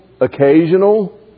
Occasional